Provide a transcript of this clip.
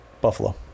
Buffalo